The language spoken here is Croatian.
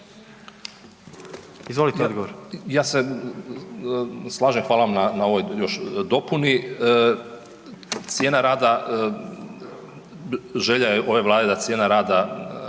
**Katić, Žarko** Ja se slažem, hvala vam na ovoj još dopuni. Cijena rada, želja je ove Vlade da cijena rada